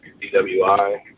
DWI